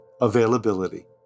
availability